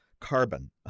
carbon